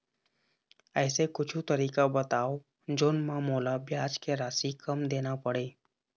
ऐसे कुछू तरीका बताव जोन म मोला ब्याज के राशि कम देना पड़े?